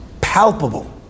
palpable